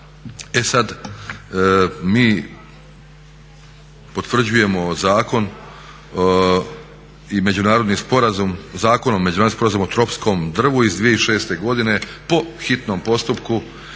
sporazum, Zakon o međunarodnom sporazumu o tropskom drvu iz 2006. godine po hitnom postupku